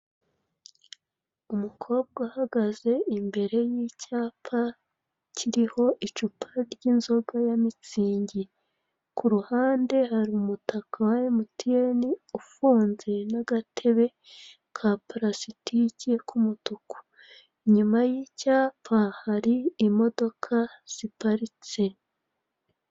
Umukobwa uhagaze imbere y'icyapa kiriho icupa ry'inzoga ya Mitsingi. Ku ruhande hari umupaka wa MTN ufunguye, n'agatebe ka parasitike k'umutuku. Inyuma y'icyapa hari imodoka ziparitse.